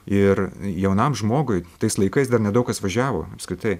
ir jaunam žmogui tais laikais dar nedaug kas važiavo apskritai